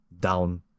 down